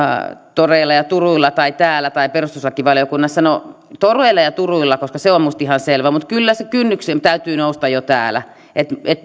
toreilla ja turuilla tai täällä tai perustuslakivaliokunnassa no toreilla ja turuilla se on minusta ihan selvä mutta kyllä sen kynnyksen täytyy nousta jo täällä